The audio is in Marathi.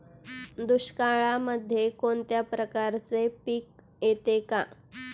दुष्काळामध्ये कोणत्या प्रकारचे पीक येते का?